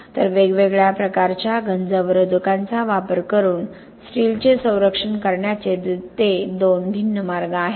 तर वेगवेगळ्या प्रकारच्या गंज अवरोधकांचा वापर करून स्टीलचे संरक्षण करण्याचे ते 2 भिन्न मार्ग आहेत